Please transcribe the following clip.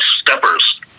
steppers